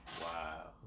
Wow